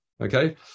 Okay